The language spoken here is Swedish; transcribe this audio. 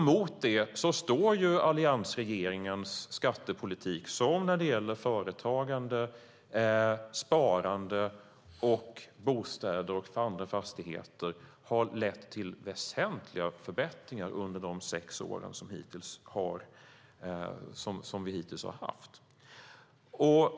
Mot detta står alliansregeringens skattepolitik, som när det gäller företagande, sparande, bostäder och andra fastigheter har lett till väsentliga förbättringar under de sex år som vi hittills har haft makten.